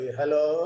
hello